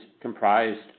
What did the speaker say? comprised